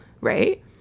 right